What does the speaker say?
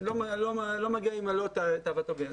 לא מגיע עם מלוא תאוותו בידו.